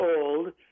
old